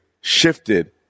shifted